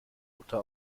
mutter